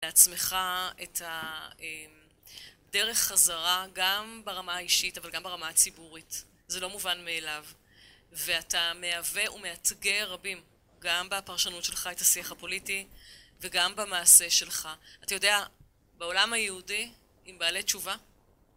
לעצמך את הדרך חזרה גם ברמה האישית אבל גם ברמה הציבורית. זה לא מובן מאליו ואתה מהווה ומאתגר רבים גם בפרשנות שלך את השיח הפוליטי וגם במעשה שלך. אתה יודע בעולם היהודי עם בעלי תשובה